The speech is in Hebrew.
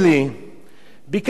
ביקשתי כמה פעמים: